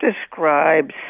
describes